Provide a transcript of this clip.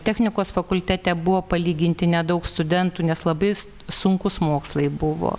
technikos fakultete buvo palyginti nedaug studentų nes labai sunkūs mokslai buvo